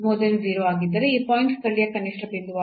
ಮತ್ತು ಆಗಿದ್ದರೆ ಈ ಪಾಯಿಂಟ್ ಸ್ಥಳೀಯ ಕನಿಷ್ಠ ಬಿಂದುವಾಗಿರುತ್ತದೆ